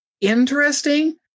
interesting